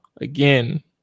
again